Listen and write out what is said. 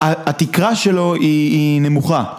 התקרה שלו היא נמוכה